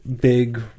big